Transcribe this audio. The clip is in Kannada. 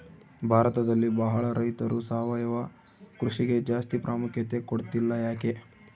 ಭಾರತದಲ್ಲಿ ಬಹಳ ರೈತರು ಸಾವಯವ ಕೃಷಿಗೆ ಜಾಸ್ತಿ ಪ್ರಾಮುಖ್ಯತೆ ಕೊಡ್ತಿಲ್ಲ ಯಾಕೆ?